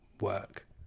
work